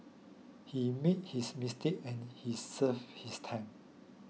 he made his mistake and he served his time